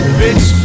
bitch